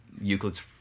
Euclid's